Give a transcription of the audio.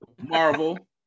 Marvel